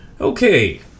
Okay